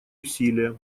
усилия